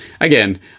again